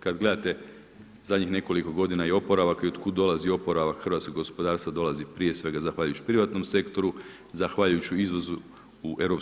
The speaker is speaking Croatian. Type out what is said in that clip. Kad gledate zadnjih nekoliko godina i oporavak i od kud dolazi oporavak hrvatskog gospodarstva dolazi prije svega zahvaljujući privatnom sektoru, zahvaljujući izvozu u EU